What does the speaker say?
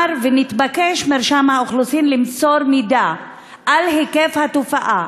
ומרשם האוכלוסין התבקש למסור מידע על היקף התופעה,